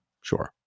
sure